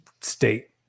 state